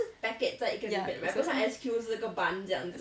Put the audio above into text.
ya it's the same